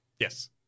Yes